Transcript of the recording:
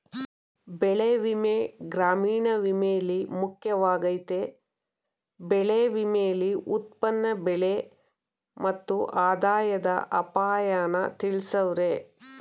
ಬೆಳೆವಿಮೆ ಗ್ರಾಮೀಣ ವಿಮೆಲಿ ಮುಖ್ಯವಾಗಯ್ತೆ ಬೆಳೆ ವಿಮೆಲಿ ಉತ್ಪನ್ನ ಬೆಲೆ ಮತ್ತು ಆದಾಯದ ಅಪಾಯನ ತಿಳ್ಸವ್ರೆ